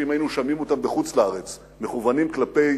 שאם היינו שומעים אותם בחוץ-לארץ מכוונים כלפי